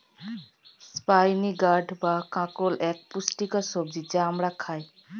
spiny gourd বা কাঁকরোল এক পুষ্টিকর সবজি যা আমরা খাই